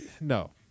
No